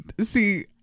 See